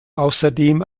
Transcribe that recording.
außerdem